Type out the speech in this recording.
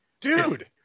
Dude